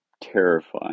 terrifying